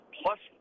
plus